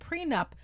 prenup